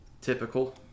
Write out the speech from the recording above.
typical